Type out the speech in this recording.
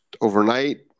overnight